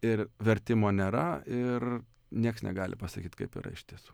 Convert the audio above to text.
ir vertimo nėra ir nieks negali pasakyt kaip yra iš tiesų